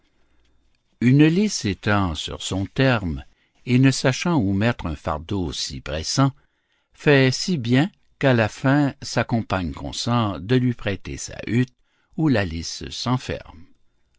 une lice étant sur son terme et ne sachant où mettre un fardeau si pressant fait si bien qu'à la fin sa compagne consent de lui prêter sa hutte où la lice s'enferme